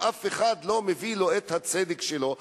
אם אף אחד לא מביא לו את הצדק שלו,